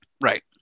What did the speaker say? Right